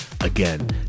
Again